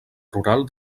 rural